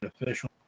official